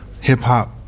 hip-hop